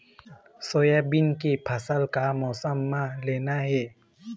Soybean के फसल का मौसम म लेना ये?